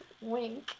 wink